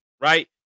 right